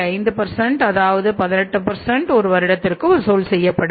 5 அதாவது 18 ஒரு வருடத்திற்கு வசூல் செய்யப்படும்